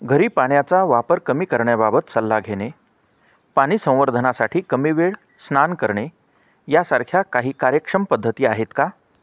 घरी पाण्याचा वापर कमी करण्याबाबत सल्ला घेणे पाणी संवर्धनासाठी कमी वेळ स्नान करणे यासारख्या काही कार्यक्षम पद्धती आहेत का